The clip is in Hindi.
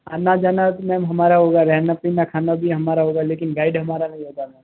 आना जाना तो मैम हमारा होगा रहना पीना खाना भी हमारा होगा लेकिन गाइड हमारा नहीं होगा मैम